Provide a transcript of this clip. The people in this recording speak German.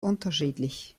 unterschiedlich